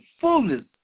fullness